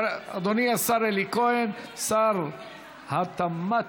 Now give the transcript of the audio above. רק להשיב?